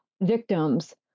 victims